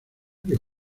que